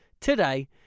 today